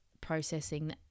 processing